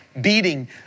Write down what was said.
beating